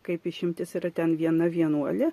kaip išimtis yra ten viena vienuolė